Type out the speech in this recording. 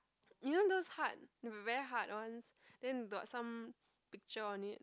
you know those hard the very hard ones then got some picture on it